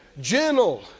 gentle